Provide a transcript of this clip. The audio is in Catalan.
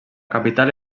capital